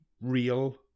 real